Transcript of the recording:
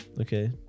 Okay